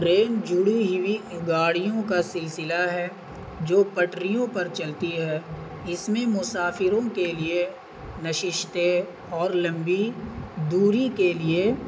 train جڑی ہوئی گاڑیوں کا سلسلہ ہے جو پٹریوں پر چلتی ہے اس میں مسافروں کے لیے نششتتے اور لمبی دوری کے لیے